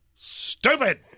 stupid